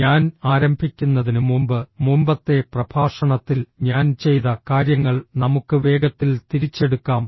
ഞാൻ ആരംഭിക്കുന്നതിന് മുമ്പ് മുമ്പത്തെ പ്രഭാഷണത്തിൽ ഞാൻ ചെയ്ത കാര്യങ്ങൾ നമുക്ക് വേഗത്തിൽ തിരിച്ചെടുക്കാം